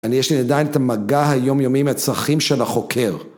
אני יש לי עדיין את המגע היומיומי עם הצרכים של החוקר.